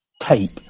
tape